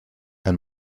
ein